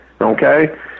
okay